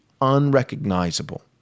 unrecognizable